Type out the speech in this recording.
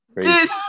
Dude